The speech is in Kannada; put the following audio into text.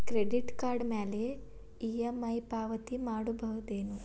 ಕ್ರೆಡಿಟ್ ಕಾರ್ಡ್ ಮ್ಯಾಲೆ ಇ.ಎಂ.ಐ ಪಾವತಿ ಮಾಡ್ಬಹುದೇನು?